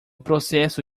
processo